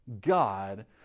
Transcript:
God